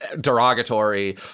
derogatory